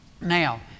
Now